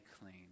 clean